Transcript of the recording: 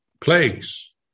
Plagues